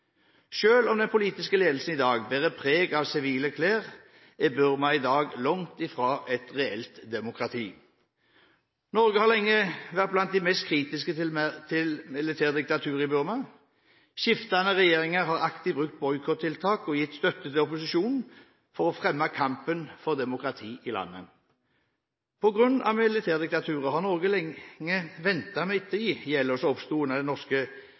om den politiske ledelsen i dag bærer sivile klær, er Burma langt fra et reelt demokrati. Norge har lenge vært blant de mest kritiske til militærdiktaturet i Burma. Skiftende regjeringer har aktivt brukt boikott-tiltak og gitt støtte til opposisjonen for å fremme kampen for demokrati i landet. På grunn av militærdiktaturet har Norge lenge ventet med å ettergi gjeld som oppsto under den norske